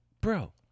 bro